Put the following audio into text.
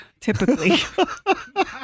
typically